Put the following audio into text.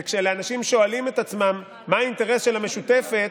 וכשאנשים שואלים את עצמם מה האינטרס של המשותפת